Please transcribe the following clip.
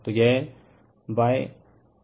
तो यह ZyIa Ib है